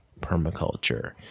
permaculture